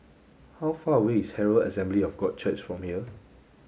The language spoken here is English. how far away is Herald Assembly of God Church from here